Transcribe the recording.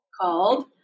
called